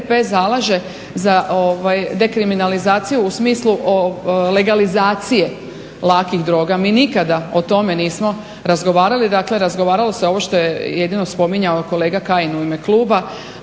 zalaže za dekriminalizaciju u smislu legalizacije lakih droga. Mi nikada o tome nismo razgovarali, dakle razgovaralo se ovo što je jedino spominjao kolega Kajin u ime kluba